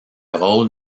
rôle